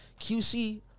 QC